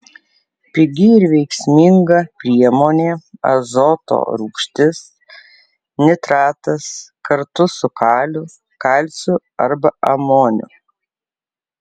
pigi ir veiksminga priemonė azoto rūgštis nitratas kartu su kaliu kalciu arba amoniu